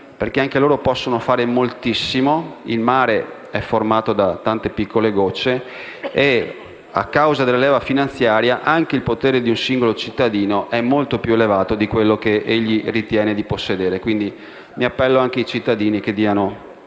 perché anche loro possono fare moltissimo; il mare è formato da tante piccole gocce e, a causa della leva finanziaria, anche il potere del singolo cittadino è molto più elevato di quello che egli ritiene di possedere. Quindi, mi appello anche ai cittadini affinché diano